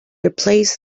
replace